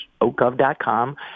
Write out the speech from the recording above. oakgov.com